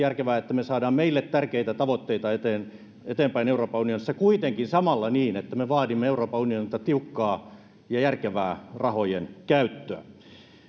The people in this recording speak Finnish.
järkevää jotta me saamme meille tärkeitä tavoitteita eteenpäin euroopan unionissa kuitenkin samalla niin että me vaadimme euroopan unionilta tiukkaa ja järkevää rahojen käyttöä